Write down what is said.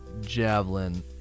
Javelin